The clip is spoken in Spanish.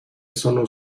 solo